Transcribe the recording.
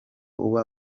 uba